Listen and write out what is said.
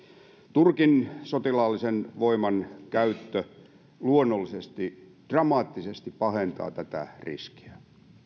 turkin sotilaallisen voiman käyttö luonnollisesti dramaattisesti pahentaa tätä riskiä